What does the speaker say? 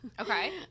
Okay